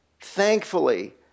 thankfully